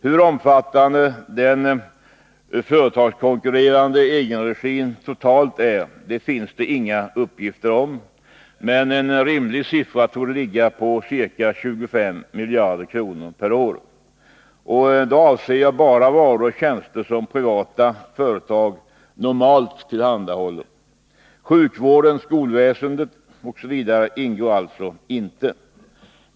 Hur omfattande den företagskonkurrerande egenregin totalt är finns det inga uppgifter om, men en rimlig siffra torde ligga på ca 25 miljarder kronor per år. Och då avser jag bara varor och tjänster som privata företag normalt tillhandahåller. Sjukvården, skolväsendet osv. ingår alltså inte.